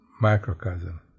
microcosm